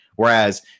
Whereas